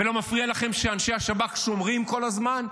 ולא מפריע לכם שאנשי השב"כ שומרים כל הזמן?